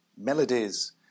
melodies